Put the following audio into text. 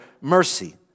mercy